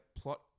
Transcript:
plot